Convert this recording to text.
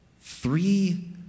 Three